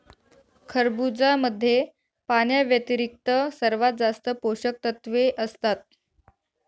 खरबुजामध्ये पाण्याव्यतिरिक्त सर्वात जास्त पोषकतत्वे असतात